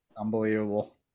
Unbelievable